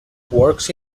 works